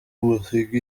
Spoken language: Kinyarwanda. umusingi